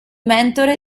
mentore